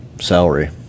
salary